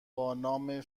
بانام